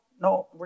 no